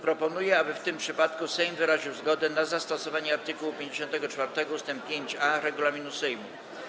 Proponuję, aby w tym przypadku Sejm wyraził zgodę na zastosowanie art. 54 ust. 5a regulaminu Sejmu.